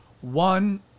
One